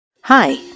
Hi